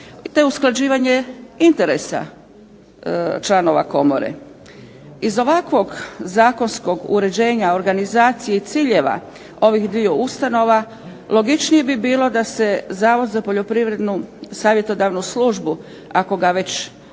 je usklađivanje interesa članova komore. Iz ovakvog zakonskog uređenja, organizacije i ciljeva ovih 2 ustanova logičnije bi bilo da se Zavod za poljoprivrednu savjetodavnu službu ako ga već treba